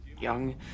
Young